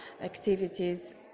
activities